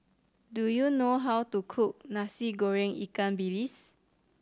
do you know how to cook Nasi Goreng ikan bilis